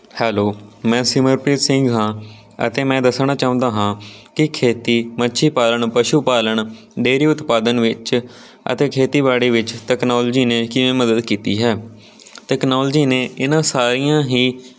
hello ਮੈਂ ਸਿਮਰਪ੍ਰੀਤ ਸਿੰਘ ਹਾਂ ਅਤੇ ਮੈਂ ਦੱਸਣਾ ਚਾਹੁੰਦਾ ਹਾਂ ਕਿ ਖੇਤੀ ਮੱਛੀ ਪਾਲਣ ਪਸ਼ੂ ਪਾਲਣ ਡੇਰੀ ਉਤਪਾਦਨ ਵਿੱਚ ਅਤੇ ਖੇਤੀਬਾੜੀ ਵਿੱਚ ਤਕਨੋਲਜੀ ਨੇ ਕਿਵੇਂ ਮਦਦ ਕੀਤੀ ਹੈ ਤਕਨੋਲਜੀ ਨੇ ਇਹਨਾਂ ਸਾਰੀਆਂ ਹੀ